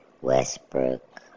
Westbrook